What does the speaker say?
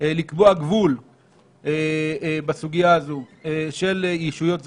לקבוע גבול בסוגיה הזו של ישויות זרות,